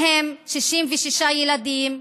ובהם 66 ילדים,